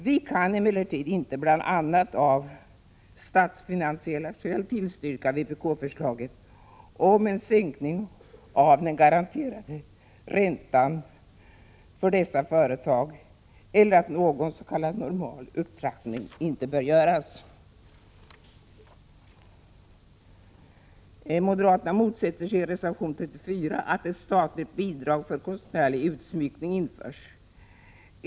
Vi kan emellertid inte, bl.a. av statsfinansiella skäl, tillstyrka vpk-förslaget om att den garanterade räntan för dessa företag skall sänkas eller att den s.k. normala upptrappningen av de garanterade räntorna inte bör göras. Moderaterna motsätter sig i reservation 34 att ett statligt bidrag för konstnärlig utsmyckning införs.